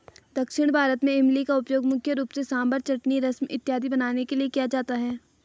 दक्षिण भारत में इमली का उपयोग मुख्य रूप से सांभर चटनी रसम इत्यादि बनाने के लिए किया जाता है